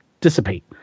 dissipate